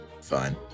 Fine